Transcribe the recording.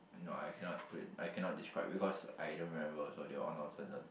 no I cannot put it I cannot describe because I don't remember so they all nonsense one